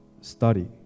study